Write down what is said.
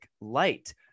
light